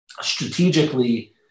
strategically –